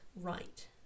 right